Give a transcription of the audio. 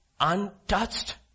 untouched